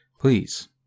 please